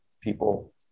people